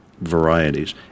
varieties